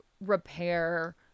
repair